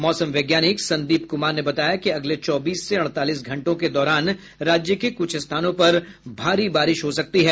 मौसम वैज्ञानिक संदीप कुमार ने बताया कि अगले चौबीस से अड़तालीस घंटों के दौरान राज्य के कुछ स्थानों पर भारी बारिश हो सकती है